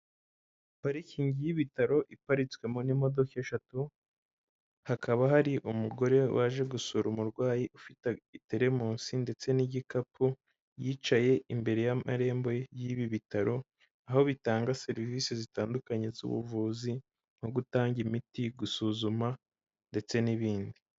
Parikingi y'ibitaro iparitswemo n'imodoka eshatu, hakaba hari umugore waje gusura umurwayi ufite itelemosi ndetse n'igikapu, yicaye imbere y'amarembo y'ibi bitaro, aho bitanga serivisi zitandukanye z'ubuvuzi nko gutanga imiti, gusuzuma ndetse n'ibindi.